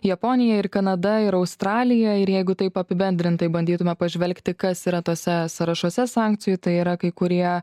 japonija ir kanada ir australija ir jeigu taip apibendrintai bandytume pažvelgti kas yra tuose sąrašuose sankcijų tai yra kai kurie